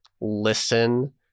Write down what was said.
listen